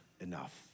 enough